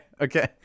okay